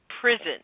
prison